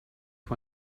vor